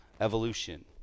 evolution